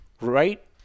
right